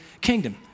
kingdom